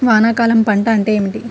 వానాకాలం పంట అంటే ఏమిటి?